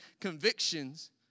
convictions